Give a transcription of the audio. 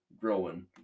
growing